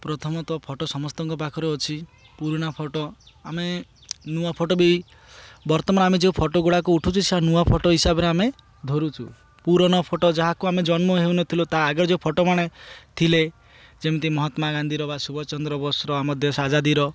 ପ୍ରଥମତଃ ଫଟୋ ସମସ୍ତଙ୍କ ପାଖରେ ଅଛି ପୁରୁଣା ଫଟୋ ଆମେ ନୂଆ ଫଟୋ ବି ବର୍ତ୍ତମାନ ଆମେ ଯେଉଁ ଫଟୋ ଗୁଡ଼ାକ ଉଠାଉଛୁ ସେ ନୂଆ ଫଟୋ ହିସାବରେ ଆମେ ଧରୁଛୁ ପୁରୁଣା ଫଟୋ ଯାହାକୁ ଆମେ ଜନ୍ମ ହୋଇନଥିଲୁ ତା ଆଗରୁ ଯେଉଁ ଫଟୋମାନେ ଥିଲେ ଯେମିତି ମହାତ୍ମା ଗାନ୍ଧୀର ବା ସୁୁଭାଷ ଚନ୍ଦ୍ର ବୋଷ୍ ଆମ ଦେଶ ଆଜାଦିର